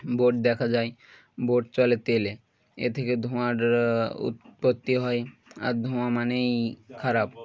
boat দেখা যায় boat চলে তেলে এ থেকে ধোঁয়ার উৎপত্তি হয় আর ধোঁয়া মানেই খারাপ